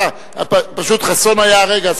פשוט חסון היה הרגע.